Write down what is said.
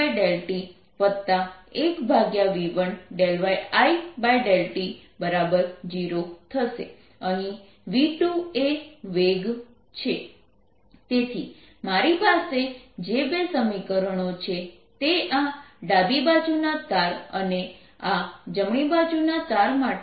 1≅tan 1yI∂x 2≅tan 2 yT∂x Net forceTyT∂x yI∂xT 1v2yT∂t1v1yT∂t તેથી મારી પાસે જે બે સમીકરણો છે તે આ ડાબી બાજુના તાર અને આ જમણી બાજુના તાર માટે છે